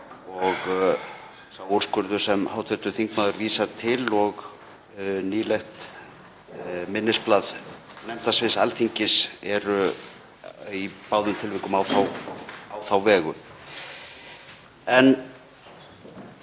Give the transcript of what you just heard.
Sá úrskurður sem hv. þingmaður vísar til og nýlegt minnisblað nefndasviðs Alþingis eru í báðum tilvikum á þá vegu.